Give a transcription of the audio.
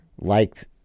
liked